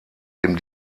dem